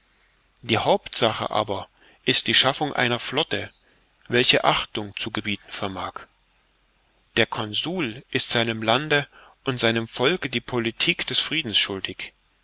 die hauptsache aber ist die schaffung einer flotte welche achtung zu gebieten vermag der consul ist seinem lande und seinem volke die politik des friedens schuldig